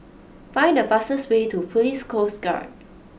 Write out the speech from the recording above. find the fastest way to Police Coast Guard